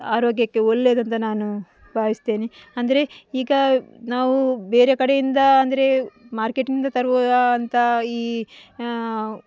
ಆರೋಗ್ಯಕ್ಕೆ ಒಳ್ಳೆಯದಂತ ನಾನು ಭಾವಿಸ್ತೇನೆ ಅಂದರೆ ಈಗ ನಾವು ಬೇರೆ ಕಡೆಯಿಂದ ಅಂದರೆ ಮಾರ್ಕೆಟಿಂದ ತರುವಂತಹ ಈ